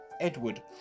Edward